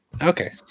Okay